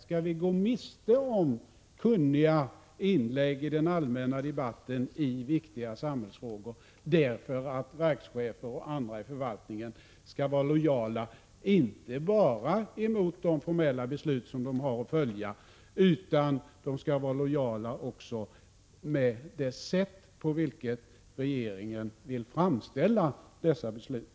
Skall vi gå miste om kunniga inlägg i den allmänna debatten i viktiga samhällsfrågor därför att verkschefer och andra i förvaltningen skall vara lojala, inte bara mot de formella beslut de har att följa utan också mot det sätt på vilket regeringen vill framställa dessa beslut?